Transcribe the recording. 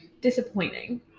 disappointing